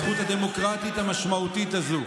הזכות הדמוקרטית המשמעותית הזו,